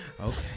okay